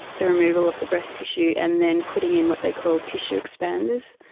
the removal of the breast tissue and then putting in what they call tissue expanders.